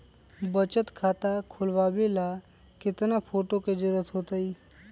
बचत खाता खोलबाबे ला केतना फोटो के जरूरत होतई?